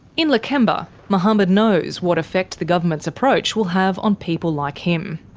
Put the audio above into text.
in lakemba, mohammed knows what effect the government's approach will have on people like him.